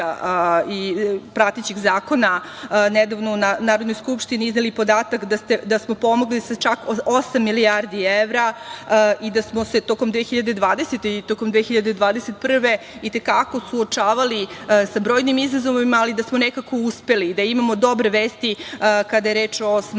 i pratećih zakona nedavno u Narodnoj skupštini izneli podatak da smo pomogli sa čak osam milijardi evra i da smo se tokom 2020. i tokom 2021. godine i te kako suočavali sa brojnim izazovima, ali da smo nekako uspeli i da imamo dobre vesti kada je reč o smanjenju